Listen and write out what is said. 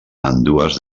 ambdues